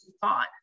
thought